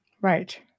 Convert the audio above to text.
Right